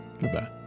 Goodbye